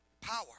power